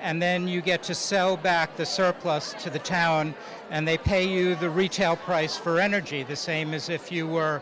and then you get to sell back the surplus to the town and they pay you the retail price for energy the same as if you were